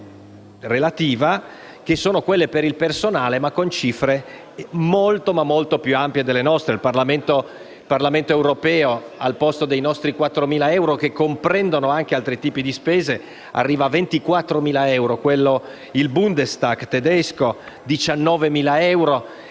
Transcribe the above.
relativa per il personale, ma con somme molto più alte delle nostre: il Parlamento europeo, al posto dei nostri 4.000 euro che comprendono anche altri tipi di spese, arriva a 24.000 euro; il Bundestag tedesco prevede 19.000 euro;